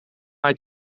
mij